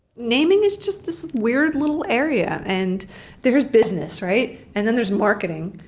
naming is just this weird little area, and there's business right, and then there's marketing,